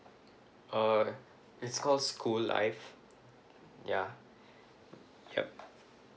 uh it's called school life yeah yup